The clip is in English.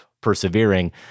persevering